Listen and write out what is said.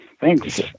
thanks